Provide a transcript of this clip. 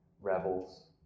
rebels